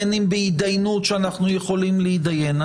בין אם בהתדיינות שאנחנו יכולים להתדיין.